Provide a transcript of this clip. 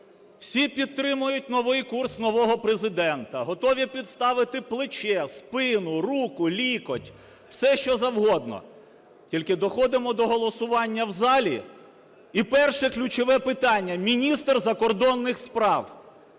Всі підтримують новий курс нового Президента, готові підставити плече, спину, руку, лікоть – все, що завгодно. Тільки доходимо до голосування в залі і перше ключове питання: міністр закордонних справ